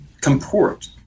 comport